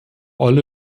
olle